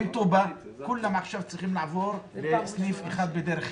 אום טובא כולם עכשיו צריכים לעבור לסניף אחד בדרך חברון.